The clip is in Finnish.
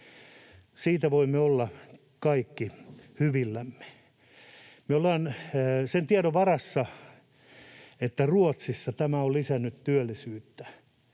Siitä voimme olla kaikki hyvillämme. Me ollaan sen tiedon varassa, että Ruotsissa tämä on lisännyt työllisyyttä.